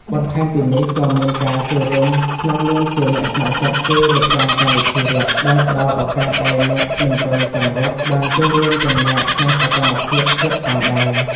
បន្ថែមពីនេះ ក៏មានការចូលរួមក្នុងនាមជាអ្នកស្ម័គ្រចិត្តជួយរៀបចំកម្មវិធីរត់ ដែលផ្តល់ឱកាសឱ្យអ្នកមិនទាន់ចង់រត់ បានចូលរួមចំណែកក្នុងសកម្មភាពក្លឹបផងដែរ។